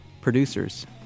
producers